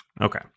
Okay